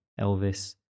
Elvis